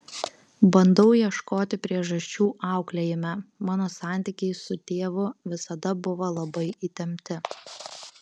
bandau ieškoti priežasčių auklėjime mano santykiai su tėvu visada buvo labai įtempti